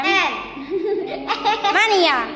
Mania